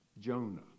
Jonah